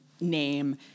name